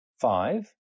five